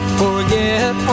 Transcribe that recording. forget